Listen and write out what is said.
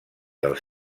dels